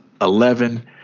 Eleven